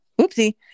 Oopsie